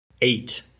eight